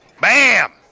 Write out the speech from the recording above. Bam